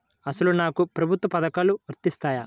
అసలు నాకు ప్రభుత్వ పథకాలు వర్తిస్తాయా?